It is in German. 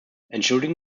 entschuldigen